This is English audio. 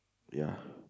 ya